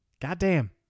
Goddamn